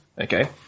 okay